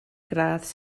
gradd